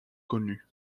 connu